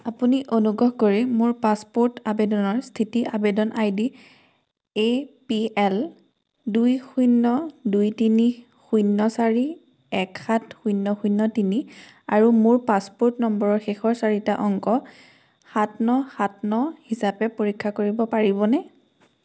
আপুনি অনুগ্ৰহ কৰি মোৰ পাছপোৰ্ট আবেদনৰ স্থিতি আবেদন I D A P L দুই শূন্য দুই তিনি শূন্য চাৰি এক সাত শূন্য শূন্য তিনি আৰু মোৰ পাছপোৰ্ট নম্বৰৰ শেষৰ চাৰিটা অংক সাত ন সাত ন হিচাপে পৰীক্ষা কৰিব পাৰিবনে